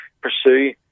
pursue